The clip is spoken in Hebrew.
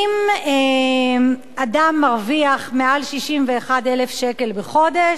אם אדם מרוויח יותר מ-61,000 שקל בחודש,